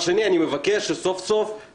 --- שלמה, אני קורא אותך לסדר פעם ראשונה.